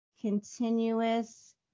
continuous